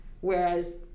Whereas